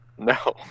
No